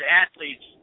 athletes